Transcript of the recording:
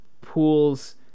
pools